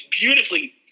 beautifully